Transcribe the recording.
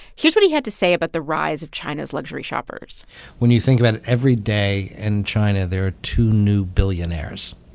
here's what he had to say about the rise of china's luxury shoppers when you think about it, every day in china, there are two new billionaires.